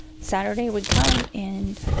saturday would come and,